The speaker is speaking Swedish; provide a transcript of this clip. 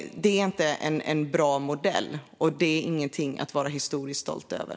Det är inte en bra modell, och det är ingenting att historiskt vara stolt över.